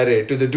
ya